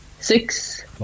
Six